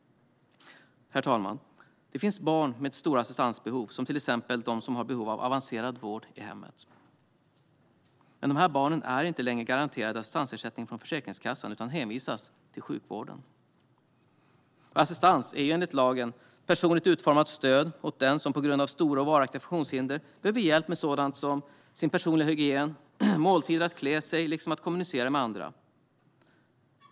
Herr talman! Det finns barn med stora assistansbehov, till exempel barn som har behov av avancerad vård i hemmet. Dessa barn är inte längre garanterade assistansersättning från Försäkringskassan utan hänvisas till sjukvården. Assistans är enligt lagen personligt utformat stöd åt den som på grund av stora och varaktiga funktionshinder behöver hjälp med sådant som sin personliga hygien, måltider och att klä sig liksom att kommunicera med andra.